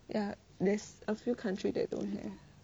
ya there's a few country that don't have